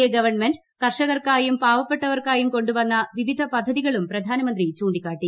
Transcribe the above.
A government കർഷകർക്കായും പാവപ്പെട്ടവർക്കായും കൊണ്ടുവന്ന വിവിധ പദ്ധതികളും പ്രധാനമന്ത്രി ചൂണ്ടിക്കാട്ടി